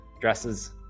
dresses